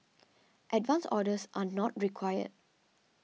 advance orders are not required